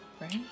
Right